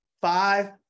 Five